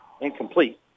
Incomplete